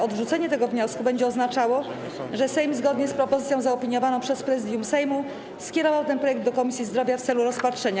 Odrzucenie tego wniosku będzie oznaczało, że Sejm, zgodnie z propozycją zaopiniowaną przez Prezydium Sejmu, skierował ten projekt do Komisji Zdrowia w celu rozpatrzenia.